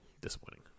disappointing